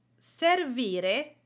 servire